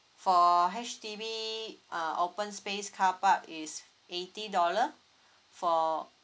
for H_D_B uh open space car park is eighty dollar for